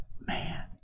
Man